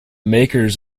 makers